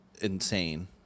insane